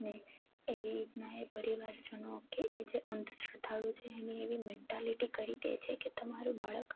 અને એવી રીતના એ પરિવારજનો કે એ જે અંધશ્રદ્ધાળુ છે એની એવી મેન્ટાલીટી કરી દે છે કે તમારું બાળક